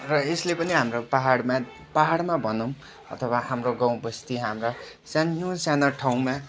र यसले पनि हाम्रो पाहाडमा पाहाडमा भनौँ अथवा हाम्रो गाउँबस्ती हाम्रा सानो साना ठाउँमा